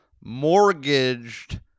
mortgaged